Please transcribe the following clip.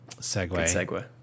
segue